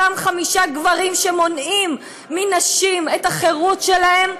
אותם חמישה גברים שמונעים מנשים את החירות שלהן,